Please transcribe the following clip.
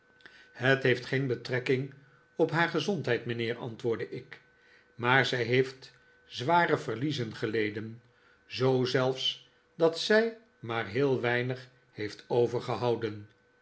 het heeft geen betrekking op haar gezondheid mijnheer antwoordde ik maar zij heeft zware verliezen geleden zoo zelfs dat zij maar heel weinig heeft overgehouden